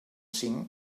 cinc